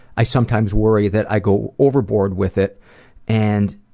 i sometimes worry that i go overboard with it and